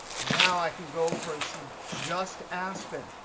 now i can go over and see just aspen.